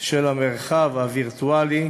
של המרחב הווירטואלי,